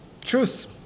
Truth